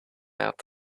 out